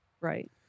Right